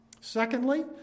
Secondly